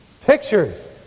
Pictures